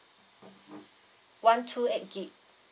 one two eight gig